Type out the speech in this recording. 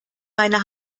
meine